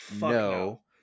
no